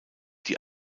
die